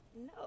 No